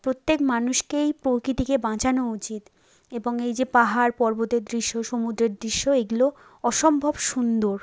প্রত্যেক মানুষকেই প্রকৃতিকে বাঁচানো উচিত এবং এই যে পাহাড় পর্বতের দৃশ্য সমুদ্রের দৃশ্য এইগুলো অসম্ভব সুন্দর